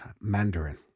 Mandarin